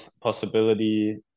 possibility